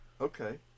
Okay